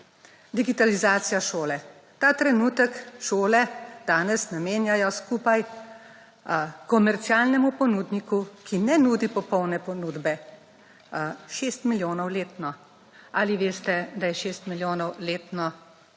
digitalizacija šole. Ta trenutek šole danes namenjajo skupaj komercialnemu ponudniku, ki ne nudi popolne ponudbe 6 milijonov letno. Ali veste, da je 6 milijonov letno